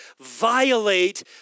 violate